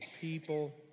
people